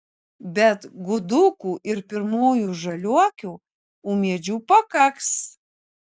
bet gudukų ir pirmųjų žaliuokių ūmėdžių pakaks